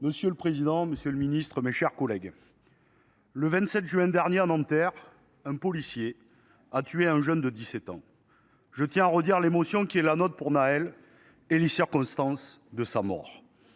Monsieur le président, monsieur le ministre, mes chers collègues, le 27 juin dernier, à Nanterre, un policier a tué un jeune de 17 ans. Je tiens à redire l’émotion qui est la nôtre face à la mort